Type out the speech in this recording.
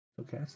Okay